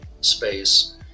space